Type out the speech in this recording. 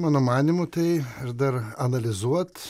mano manymu tai dar analizuot